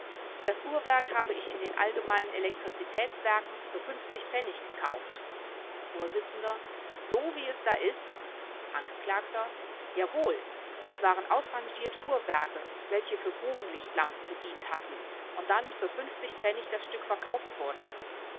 das uhrwerk habe ich in den allgemeinen elektrizitätswerken für pfennig gekauft vors so wie es da ist angekl jawohl das waren ausrangierte uhrwerke welche für bogenlichtlampen gedient hatten und dann für das stück verkauft wurden